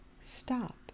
stop